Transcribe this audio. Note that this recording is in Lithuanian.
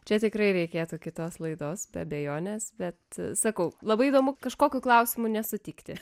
čia tikrai reikėtų kitos laidos be abejonės bet sakau labai įdomu kažkokiu klausimu nesutikti